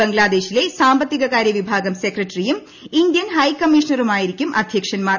ബംഗ്ലാദേശിലെ സാമ്പത്തിക കാര്യ വിഭാഗം സെക്രട്ടറിയും ഇന്ത്യൻ ഹൈക്കമ്മീഷണറുമായിരിക്കും അധ്യക്ഷൻമാർ